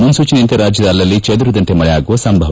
ಮುನೂಚನೆಯಂತೆ ರಾಜ್ಯದ ಅಲ್ಲಲ್ಲಿ ಚದುರಿದಂತೆ ಮಳೆಯಾಗುವ ಸಂಭವ